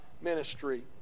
ministry